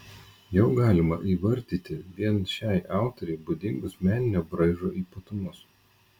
jau galima įvardyti vien šiai autorei būdingus meninio braižo ypatumus